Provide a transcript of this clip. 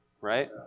right